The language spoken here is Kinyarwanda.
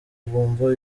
bumva